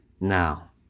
Now